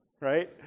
right